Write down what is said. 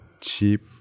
cheap